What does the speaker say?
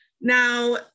Now